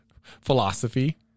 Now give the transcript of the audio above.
Philosophy